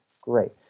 Great